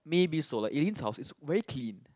maybe so like Eileen's house is very clean